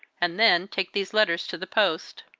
and then, take these letters to the post.